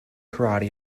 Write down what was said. karate